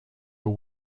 were